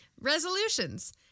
resolutions